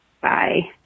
Bye